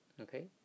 Okay